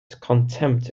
contempt